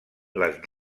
les